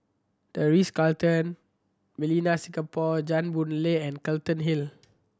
The Ritz Carlton Millenia Singapore Jane Boon Lay and Hill